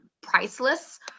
priceless